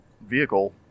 vehicle